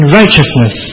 righteousness